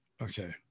okay